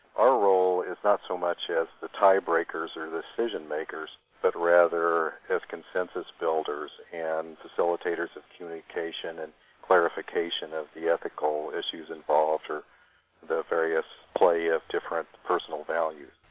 our role is not so much as the tie-breakers or the decision-makers, but rather as consensus-builders and facilitators of communication and clarification of the ethical issues involved, or the various play of different personal values.